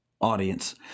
audience